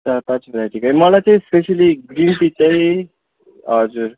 चार पाँच भेराइटीको है मलाई चाहिँ स्पेसियल्ली ग्रिन टी चाहिँ हजुर